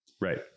Right